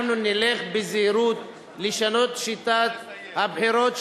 אנחנו נלך בזהירות לשנות את שיטת הבחירות,